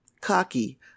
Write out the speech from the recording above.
cocky